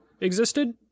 existed